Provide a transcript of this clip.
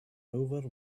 over